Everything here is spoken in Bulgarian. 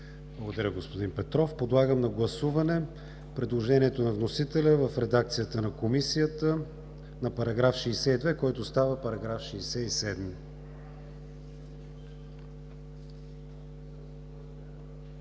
Благодаря Ви, господин Бойчев. Подлагам на гласуване предложението на вносителя в редакция на Комисията за § 62, който става § 67.